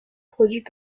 produits